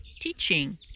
teaching